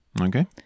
Okay